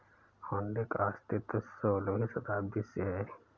हुंडी का अस्तित्व सोलहवीं शताब्दी से है